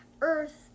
Earth